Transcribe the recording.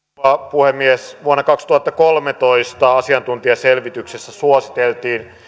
puhemies vuonna kaksituhattakolmetoista asiantuntijaselvityksessä suositeltiin